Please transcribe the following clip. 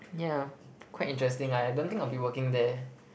yeah quite interesting lah I don't think I'll be working there